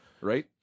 right